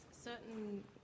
certain